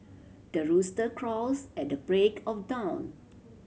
the rooster crows at the break of dawn